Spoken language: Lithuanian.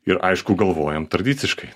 ir aišku galvojom tradiciškai